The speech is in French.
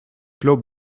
clos